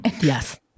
yes